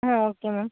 ah okay ma'am